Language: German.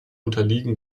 unterliegen